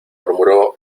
murmuró